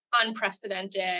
unprecedented